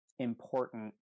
important